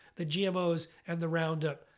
the gmos, and the roundup,